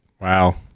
Wow